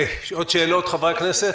עוד שאלות לחברי הכנסת?